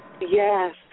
Yes